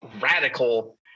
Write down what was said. radical